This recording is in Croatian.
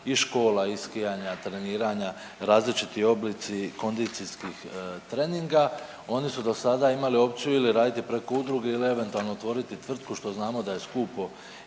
i škola i skijanja, treniranja, različiti oblici kondicijskih treninga, oni su dosada imali opću ili raditi preko udruge ili eventualno otvoriti tvrtku što znamo da je skupo